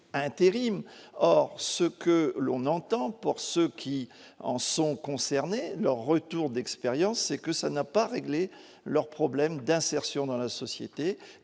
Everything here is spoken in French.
or ce que l'on entend pour ceux qui en sont concernés : le retour d'expérience et que ça n'a pas réglé leurs problèmes d'insertion dans la société,